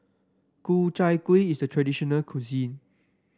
Ku Chai Kueh is a traditional cuisine